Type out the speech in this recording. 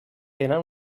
tenen